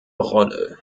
rolle